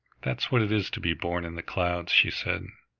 that's what it is to be born in the clouds, she said.